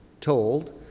told